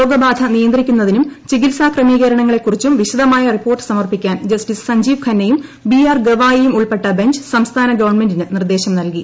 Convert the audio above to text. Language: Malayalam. രോഗബാധ നിയന്ത്രിക്കുന്നതിനും ചികിൽസ ക്രമീകരണങ്ങളെ കുറിച്ചും വിശദമായ റിപ്പോർട്ട് സമർപ്പിക്കാൻ ജസ്റ്റീസ് സഞ്ജീവ് ഖന്നയും ബി ആർ ഗവായിയും ഉൾപ്പെട്ട ബഞ്ച് സംസ്ഥാന ഗവൺമെന്റിന് നിർദ്ദേശം നൽകി